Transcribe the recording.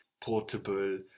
portable